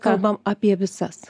kalbam apie visas